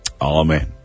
Amen